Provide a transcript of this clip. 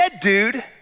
dude